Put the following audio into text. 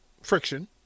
friction